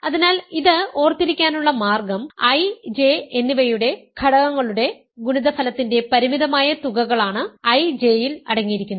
അതിനാൽ ഇത് ഓർത്തിരിക്കാനുള്ള മാർഗ്ഗം I J എന്നിവയുടെ ഘടകങ്ങളുടെ ഗുണിതഫലത്തിൻറെ പരിമിതമായ തുകകളാണ് I J യിൽ അടങ്ങിയിരിക്കുന്നത്